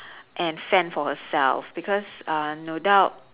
and fend for herself because uh no doubt